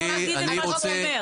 מותר לו להגיד את מה שהוא אומר.